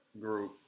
group